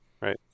Right